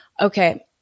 Okay